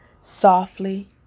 softly